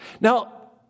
Now